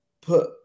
put